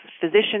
physician